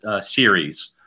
series